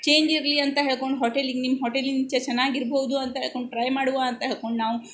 change ಇರಲಿ ಅಂತ ಹೇಳ್ಕೊಂಡು ಹೋಟೆಲಿಗೆ ನಿಮ್ಮ ಹೋಟೆಲಿಂದ ಚೆನ್ನಾಗಿರ್ಬೌದು ಅಂತ ಹೇಳ್ಕೊಂಡು ಟ್ರೈ ಮಾಡುವ ಅಂತ ಹೇಳ್ಕೊಂಡು ನಾವು